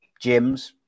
gyms